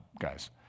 guys